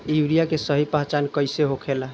Urea के सही पहचान कईसे होखेला?